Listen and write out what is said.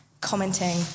commenting